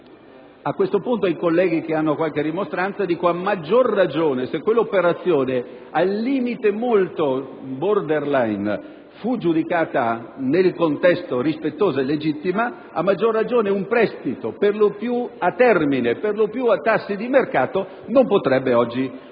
A questo punto ai colleghi che hanno qualche rimostranza dico che se quell'operazione al limite, molto *borderline*, fu giudicata nel contesto rispettosa e legittima, a maggior ragione un prestito, per lo più a termine, per lo più a tassi di mercato, non potrebbe oggi essere